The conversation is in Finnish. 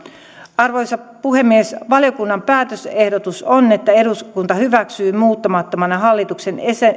arvoisa puhemies valiokunnan päätösehdotus on että eduskunta hyväksyy muuttamattomina hallituksen